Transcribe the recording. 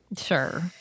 Sure